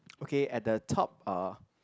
okay at the top of